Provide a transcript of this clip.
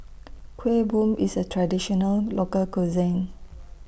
Kueh Bom IS A Traditional Local Cuisine